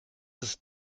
ist